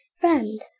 friend